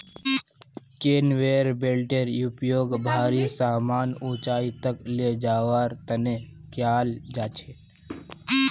conveyor बेल्टेर उपयोग भारी समान ऊंचाई तक ले जवार तने कियाल जा छे